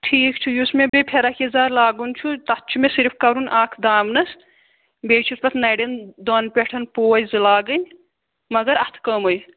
ٹھیٖک چھُ یُس مےٚ بیٚیہِ فِراکھ یزار لاگُن چھُ تَتھ چھُ مےٚ صِرف کَرُن اَکھ دامنَس بیٚیہِ چھُس پَتہٕ نَرٮ۪ن دۄن پٮ۪ٹھ پوش زٕ لاگٕنۍ مگر اَتھٕ کٲمٕے